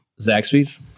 Zaxby's